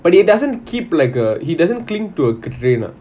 but he doesn't keep like a he doesn't cling to a trainer